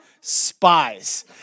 spies